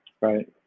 right